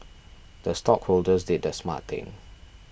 the stockholders did the smart thing